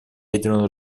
ядерного